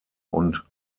und